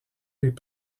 les